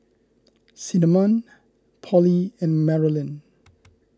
Cinnamon Pollie and Marolyn